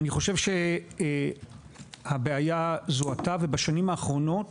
אני חושב שהבעיה זוהתה, ובשנים האחרונות